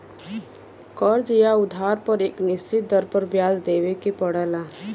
कर्ज़ या उधार पर एक निश्चित दर पर ब्याज देवे के पड़ला